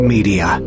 Media